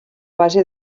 base